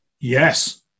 Yes